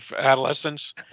adolescence